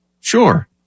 sure